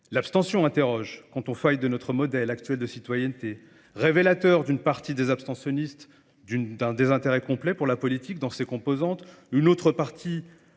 L'abstention interroge quand on faille de notre modèle actuel de citoyenneté, révélateur d'une partie des abstentionnistes d'un désintérêt complet pour la politique dans ses composantes, une autre partie